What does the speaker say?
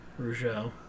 Rougeau